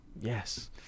yes